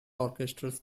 orchestras